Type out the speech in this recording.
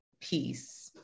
peace